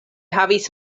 havis